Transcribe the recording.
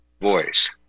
voice